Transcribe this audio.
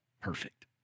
perfect